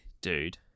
dude